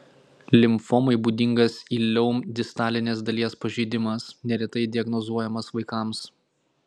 limfomai būdingas ileum distalinės dalies pažeidimas neretai diagnozuojamas vaikams